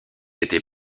été